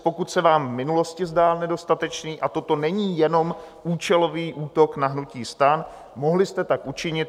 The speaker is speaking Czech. Pokud se vám v minulosti zdál nedostatečný a toto není jenom účelový útok na hnutí STAN, mohli jste tak učinit.